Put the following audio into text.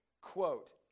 Quote